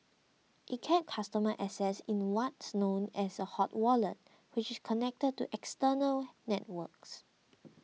it kept customer assets in what's known as a hot wallet which is connected to external networks